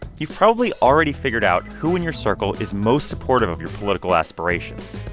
you've probably already figured out who in your circle is most supportive of your political aspirations.